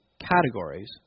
categories